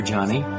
Johnny